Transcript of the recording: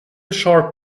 sharp